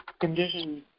conditions